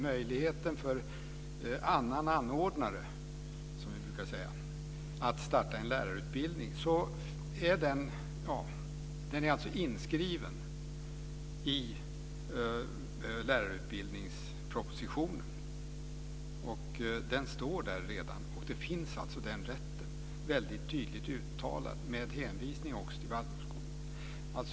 Möjligheten för en annan anordnare, som vi brukar säga, att starta en lärarutbildning är redan inskriven i lärarutbildningspropositionen. Den rätten är väldigt tydligt uttalad, också med hänvisning till waldorfskolor.